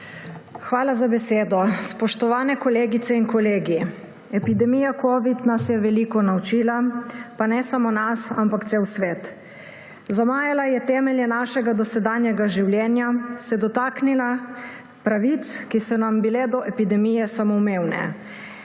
Hvala za besedo. Spoštovane kolegice in kolegi! Epidemija covida nas je veliko naučila, pa ne samo nas, ampak cel svet. Zamajala je temelje našega dosedanjega življenja, se dotaknila pravic, ki so nam bile do epidemije samoumevne.